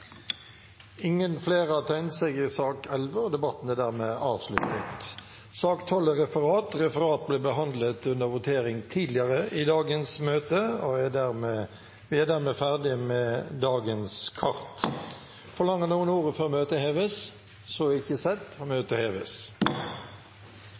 Flere har ikke bedt om ordet til sak nr. 11. Sak nr. 12, Referat, ble behandlet under voteringen tidligere i dagens møte. Dermed er vi ferdig med dagens kart. Forlanger noen ordet før møtet heves?